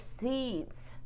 seeds